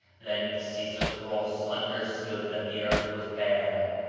then xisuthros understood that the earth was bare.